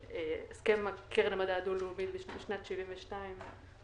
קרן המדע הדו לאומית בשנת 1972,